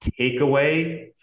takeaway